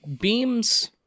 Beams